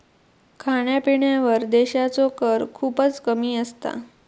खाण्यापिण्यावर देशाचो कर खूपच कमी असता